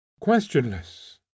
Questionless